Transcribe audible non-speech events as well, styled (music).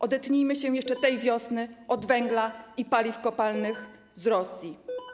Odetnijmy się jeszcze (noise) tej wiosny od węgla i paliw kopalnych z Rosji.